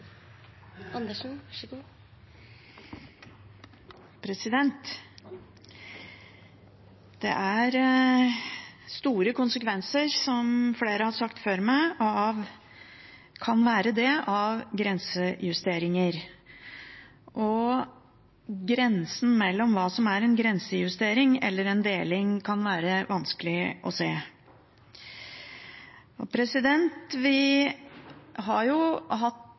som flere har sagt før meg, få store konsekvenser, og grensen mellom hva som er en grensejustering, og hva som er en deling, kan være vanskelig å se. Vi har jo noen år bak oss nå der vi har hatt